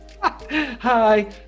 Hi